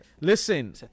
Listen